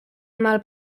mal